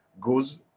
goes